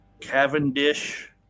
Cavendish